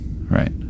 Right